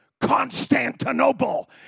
Constantinople